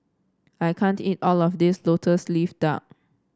I can't eat all of this lotus leaf duck